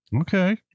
Okay